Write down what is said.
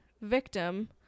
victim